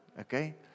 okay